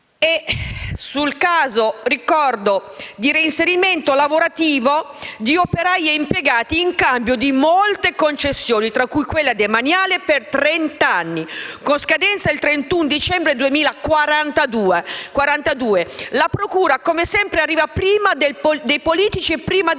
sul caso del reinserimento lavorativo di operai e impiegati in cambio di molte concessioni, tra cui quella demaniale per trent'anni con scadenza il 31 dicembre 2042. La procura, come sempre, arriva prima dei politici e prima del Governo?